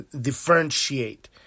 differentiate